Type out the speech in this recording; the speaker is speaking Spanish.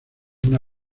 una